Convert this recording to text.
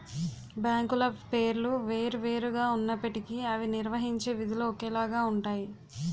బ్యాంకుల పేర్లు వేరు వేరు గా ఉన్నప్పటికీ అవి నిర్వహించే విధులు ఒకేలాగా ఉంటాయి